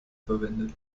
verwendet